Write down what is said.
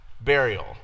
burial